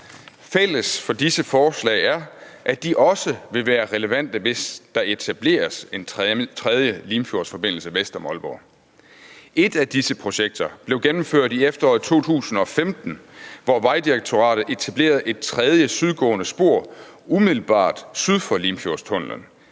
Fælles for disse forslag er, at de også vil være relevante, hvis der etableres en tredje Limfjordsforbindelse vest om Aalborg. Et af disse projekter blev gennemført i efteråret 2015, hvor Vejdirektoratet etablerede et tredje sydgående spor umiddelbart syd for Limfjordstunnellen.